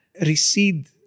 recede